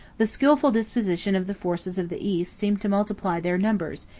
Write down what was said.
the skilful disposition of the forces of the east seemed to multiply their numbers,